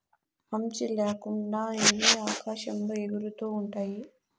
మంచి ల్యాకుండా ఇవి ఆకాశంలో ఎగురుతూ ఉంటాయి